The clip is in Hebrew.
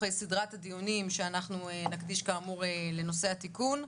סדרת הדיונים שאנחנו נקדיש לנושא התיקון.